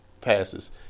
passes